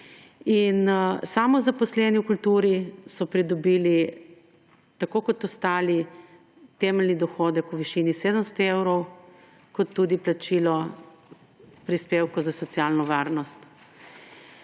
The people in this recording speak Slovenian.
In samozaposleni v kulturi so pridobili tako kot ostali temelji dohodek v višini 700 evrov, kot tudi plačilo prispevkov za socialno varnost.